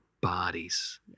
bodies